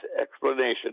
explanation